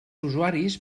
usuaris